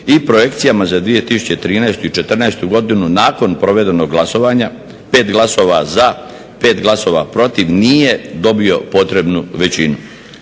i projekcijama za 2013. i 2014.godinu nakon provedenog glasovanja 5 glasova za, 5 glasova protiv nije dobio potrebnu većinu,